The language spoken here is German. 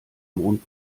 mond